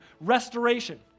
restoration